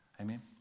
Amen